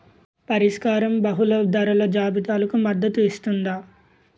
పరిష్కారం బహుళ ధరల జాబితాలకు మద్దతు ఇస్తుందా?